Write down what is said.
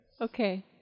Okay